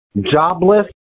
jobless